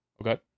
okay